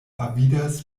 avidas